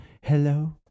hello